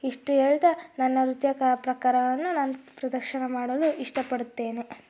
ಇಷ್ಟು ಹೇಳ್ತಾ ನನ್ನ ನೃತ್ಯ ಕ ಪ್ರಕಾರವನ್ನು ನಾನು ಪ್ರದರ್ಶನ ಮಾಡಲು ಇಷ್ಟಪಡುತ್ತೇನೆ